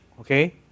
Okay